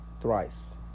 thrice